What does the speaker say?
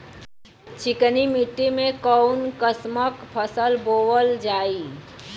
चिकनी मिट्टी में कऊन कसमक फसल बोवल जाई?